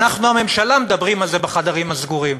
אנחנו הממשלה מדברים על זה בחדרים הסגורים,